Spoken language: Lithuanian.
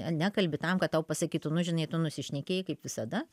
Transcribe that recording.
nekalbi tam kad tau pasakytų nu žinai tu nusišnekėjai kaip visada